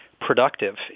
productive